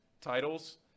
titles